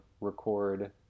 record